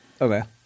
Okay